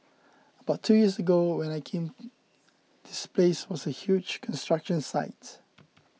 but two years ago when I came this place was a huge construction site